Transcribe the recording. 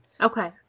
Okay